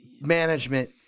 management